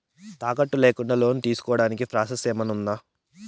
తాకట్టు లేకుండా లోను తీసుకోడానికి ప్రాసెస్ ఏమన్నా ఉందా?